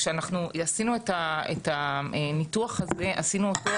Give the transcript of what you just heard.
כשאנחנו עשינו את הניתוח עשינו אותו